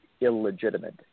illegitimate